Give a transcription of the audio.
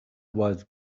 was